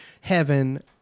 heaven